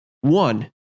One